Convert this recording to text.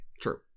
True